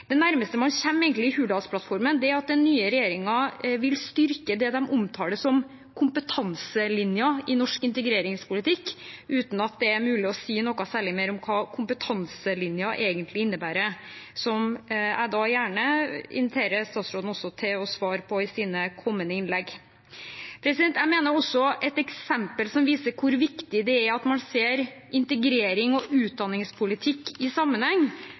Det nærmeste man kommer i Hurdalsplattformen, er at den nye regjeringen vil styrke det de omtaler som kompetanselinjen i norsk integreringspolitikk, uten at det er mulig å si noe særlig mer om hva «kompetanselinjen» egentlig innebærer – noe som jeg gjerne inviterer statsråden til å svare på i sine kommende innlegg. Et eksempel som viser hvor viktig det er at man ser integrerings- og utdanningspolitikk i sammenheng,